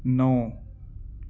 نو